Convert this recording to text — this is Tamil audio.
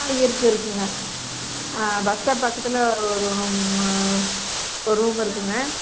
ஆ இருக்குது இருக்குதுங்க ஆ பஸ்டாப் பக்கத்தில் ஒரு ரூமு ஒரு ரூமு இருக்குங்க